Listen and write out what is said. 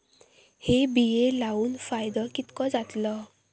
हे बिये लाऊन फायदो कितको जातलो?